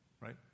Right